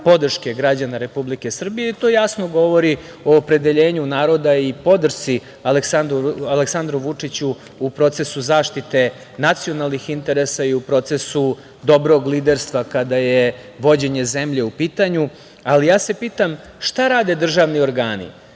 podrške građana Republike Srbije, i to jasno govori o opredeljenju naroda i podršci Aleksandru Vučiću u procesu zaštite nacionalnih interesa i u procesu dobrog liderstva kada je vođenje zemlje u pitanju. Pitam se šta rade državni organi,